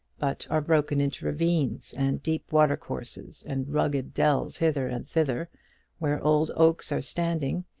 but are broken into ravines and deep watercourses and rugged dells hither and thither where old oaks are standing,